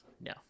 No